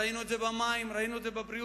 ראינו את זה במים, ראינו את זה בבריאות.